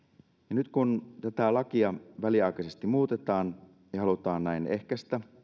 nyt kun tätä lakia väliaikaisesti muutetaan ja halutaan näin ehkäistä